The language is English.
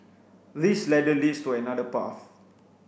this ladder leads to another path